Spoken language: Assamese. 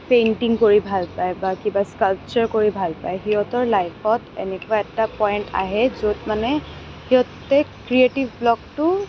পেইণ্টিং কৰি ভাল পায় বা কিবা স্কাল্পচাৰ কৰি ভাল পায় সিহঁতৰ লাইফত এনেকুৱা এটা পইণ্ট আহে য'ত মানে সিহঁতে ক্ৰিয়েটিভ ব্লকটো